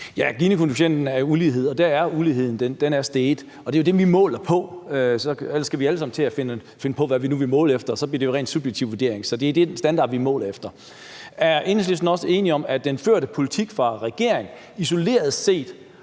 er et udtryk for ulighed, og uligheden er steget. Det er jo det, vi måler på, ellers skal vi alle sammen til at finde på, hvad vi vil måle efter, og så bliver det jo en rent subjektiv vurdering. Så det er den standard, vi måler efter. Er Enhedslisten også enig i, at regeringens førte politik isoleret set